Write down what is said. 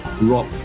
rock